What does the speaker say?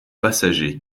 passagers